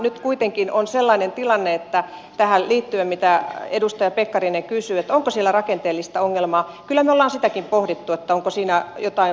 nyt kuitenkin on sellainen tilanne että tähän liittyen mitä edustaja pekkarinen kysyi onko siellä rakenteellista ongelmaa kyllä me olemme sitäkin pohtineet onko siinä jotain muokattavaa